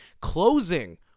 closing